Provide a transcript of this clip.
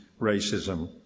racism